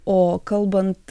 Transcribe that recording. o kalbant